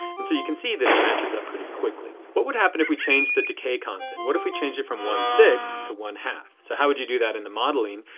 and so you can see that it matches up pretty quickly. what would happen if we changed the decay constant. what if we changed it from one-sixth to one-half. so how would you do that in the modeling?